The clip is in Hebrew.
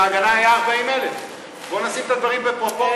ל"הגנה" היו 40,000. בוא נשים את הדברים בפרופורציות.